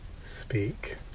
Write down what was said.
speak